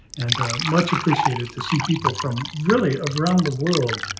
and much appreciated to see people from really of around the world,